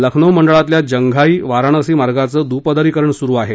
लखनौ मंडळातल्या जंघाई वाराणसी मार्गाचं दुपदरीकरण सुरू आहे